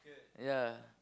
ya